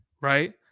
right